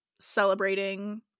celebrating